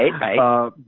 Right